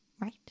right